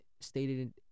stated